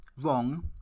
wrong